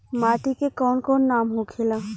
माटी के कौन कौन नाम होखेला?